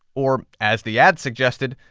or, as the ad suggested,